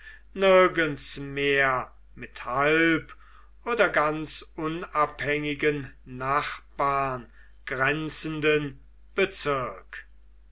nirgends mehr mit halb oder ganz unabhängigen nachbarn grenzenden bezirk